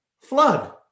flood